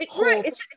right